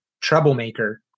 troublemaker